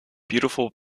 beautiful